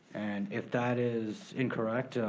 and if that is incorrect,